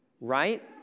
right